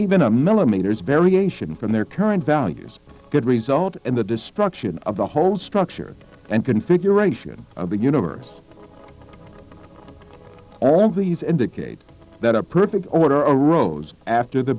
even a millimeters variation from their current values could result in the destruction of the whole structure and configuration of the universe all of these indicate that a perfect order a rose after the